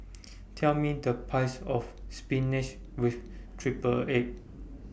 Tell Me The Price of Spinach with Triple Egg